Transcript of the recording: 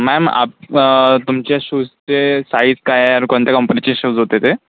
ma'am आप तुमच्या शूजचे साईज काय आहे आणि कोणत्या कंपनीचे शूज होते ते